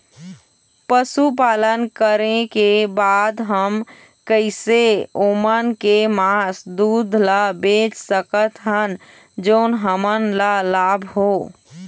पशुपालन करें के बाद हम कैसे ओमन के मास, दूध ला बेच सकत हन जोन हमन ला लाभ हो?